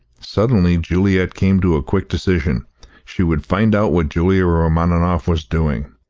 suddenly juliet came to a quick decision she would find out what julia romaninov was doing.